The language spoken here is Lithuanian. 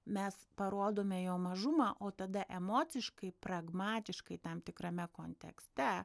mes parodome jo mažumą o tada emociškai pragmatiškai tam tikrame kontekste